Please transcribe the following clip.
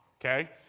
okay